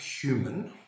human